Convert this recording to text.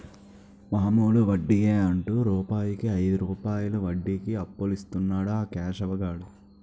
మామూలు వడ్డియే అంటు రూపాయికు ఐదు రూపాయలు వడ్డీకి అప్పులిస్తన్నాడు ఆ కేశవ్ గాడు